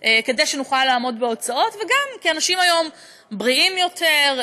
כדי שנוכל לעמוד בהוצאות וגם כי אנשים היום בריאים יותר,